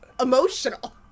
emotional